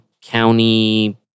county